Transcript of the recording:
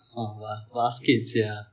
ஆமா:aamaa basket sia